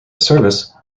service